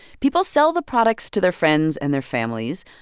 people sell the products to their friends and their families.